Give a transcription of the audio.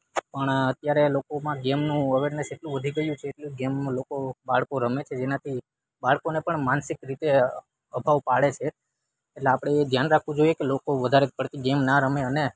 પણ અત્યારે લોકોમાં ગેમનું અવેરનેસ એટલું વધી ગયું છે એટલી ગેમ લોકો બાળકો રમે છે જેનાથી બાળકોને પણ માનસિક રીતે અભાવ પાડે છે એટલે આપણે એ ધ્યાન રાખવું જોઈએ કે લોકો વધારે પડતી ગેમ ના રમે અને